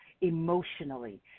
emotionally